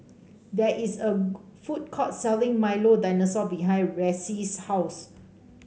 there is a food court selling Milo Dinosaur behind Ressie's house